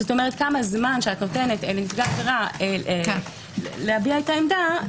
כלומר כמה זמן שאת נותנת לנפגע העבירה להביע את העמדה,